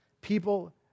people